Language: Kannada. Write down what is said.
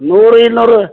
ನೂರು ಇನ್ನೂರು